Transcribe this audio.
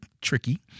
tricky